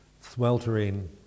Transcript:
sweltering